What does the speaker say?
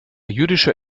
jüdischer